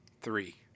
three